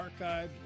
archived